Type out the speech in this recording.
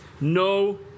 no